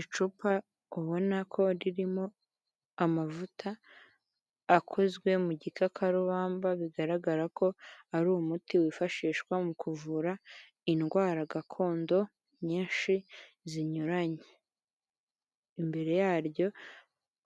Icupa ubona ko ririmo amavuta akozwe mu gikakarubamba, bigaragara ko ari umuti wifashishwa mu kuvura indwara gakondo nyinshi zinyuranye, imbere yaryo